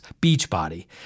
Beachbody